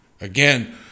again